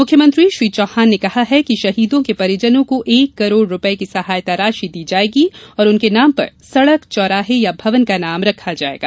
मुख्यमंत्री श्री चौहान ने कहा है कि शहीद के परिजनो को एक करोड़ रुपये की सहायता राशि दी जायेगी और उनके नाम पर सड़क चौराहे या भवन का नाम रखा जायेगा